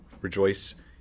Rejoice